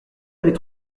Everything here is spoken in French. avait